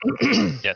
Yes